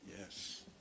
Yes